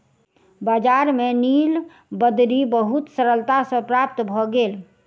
बजार में नीलबदरी बहुत सरलता सॅ प्राप्त भ गेल